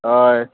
हय